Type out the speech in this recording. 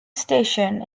station